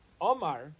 Omar